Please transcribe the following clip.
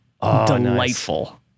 delightful